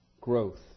growth